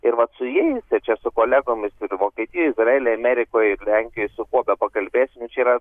ir vat su jais ir čia su kolegomis ir vokietijoj izraely amerikoj ir lenkijoj su kuo pakalbėsim čia yra